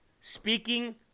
Speaking